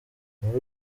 muri